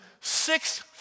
six